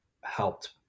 helped